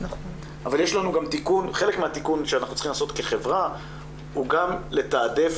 אבל חלק מהתיקון שאנחנו צריכים לעשות כחברה הוא גם לתעדף